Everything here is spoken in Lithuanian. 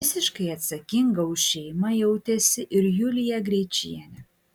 visiškai atsakinga už šeimą jautėsi ir julija greičienė